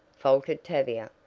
faltered tavia,